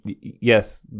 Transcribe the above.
yes